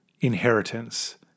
inheritance